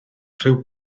rhyw